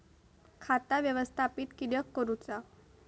खाता व्यवस्थापित किद्यक करुचा?